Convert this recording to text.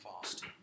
fast